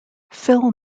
phil